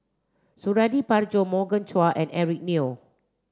Suradi Parjo Morgan Chua and Eric Neo